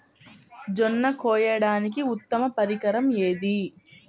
జొన్న కోయడానికి ఉత్తమ పరికరం ఏది?